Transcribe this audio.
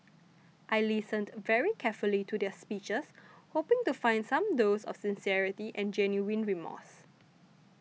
I listened very carefully to their speeches hoping to find some those of sincerity and genuine remorse